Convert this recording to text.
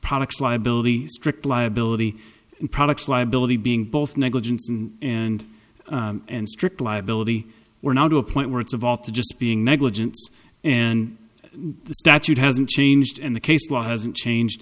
products liability strict liability products liability being both negligence and and and strict liability we're now to a point where it's evolved to just being negligent and the statute hasn't changed and the case law hasn't changed